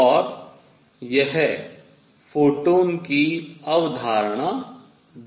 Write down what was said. और यह फोटॉन की अवधारणा देता है